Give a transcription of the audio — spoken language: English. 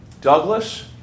Douglas